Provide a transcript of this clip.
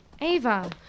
Ava